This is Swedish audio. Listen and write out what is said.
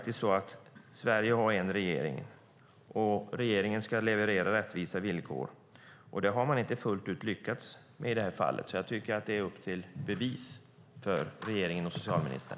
Sverige har en regering, och regeringen ska leverera rättvisa villkor. Det har man inte fullt ut lyckats med i det här fallet, så jag tycker att det är upp till bevis för regeringen och socialministern.